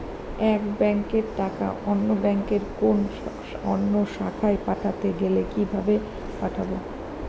এক ব্যাংকের টাকা অন্য ব্যাংকের কোন অন্য শাখায় পাঠাতে গেলে কিভাবে পাঠাবো?